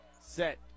Set